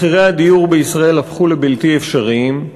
מחירי הדיור בישראל הפכו לבלתי אפשריים.